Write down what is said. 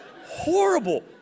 horrible